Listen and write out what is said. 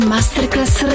Masterclass